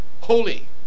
holy